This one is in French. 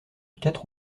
quatre